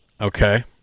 Okay